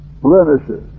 blemishes